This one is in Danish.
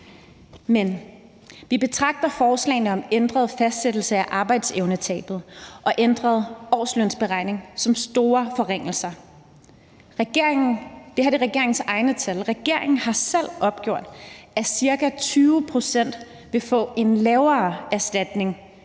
Men vi betragter forslagene om en ændret fastsættelse af arbejdsevnetabet og en ændret årslønsberegning som store forringelser. Det her er regeringens egne tal, og regeringen har selv opgjort, at ca. 20 pct. vil få en lavere erstatning